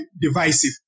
divisive